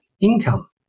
income